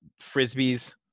Frisbees